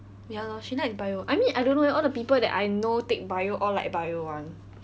ya lor she likes bio I mean I don't know eh all the people that I know take bio all like bio [one]